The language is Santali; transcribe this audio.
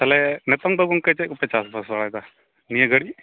ᱛᱟᱦᱚᱞᱮ ᱱᱤᱛᱚᱝ ᱫᱚ ᱜᱚᱝᱠᱮ ᱪᱮᱫ ᱠᱚᱯᱮ ᱪᱟᱥ ᱵᱟᱲᱟᱭᱮᱫᱟ ᱱᱤᱭᱟᱹ ᱜᱷᱟᱹᱲᱤᱡ